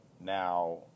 Now